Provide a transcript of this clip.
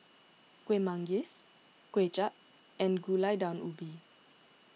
Kuih Manggis Kway Chap and Gulai Daun Ubi